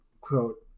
Quote